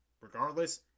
Regardless